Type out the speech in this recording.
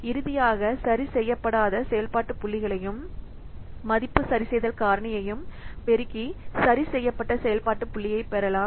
இறுதியாக சரிசெய்யப்படாத செயல்பாட்டு புள்ளிகளையும் மதிப்பு சரிசெய்தல் காரணியையும் பெருக்கி சரிசெய்யப்பட்ட செயல்பாட்டு புள்ளியைப் பெறலாம்